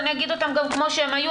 אז אני אגיד אותם כמו שהם היו.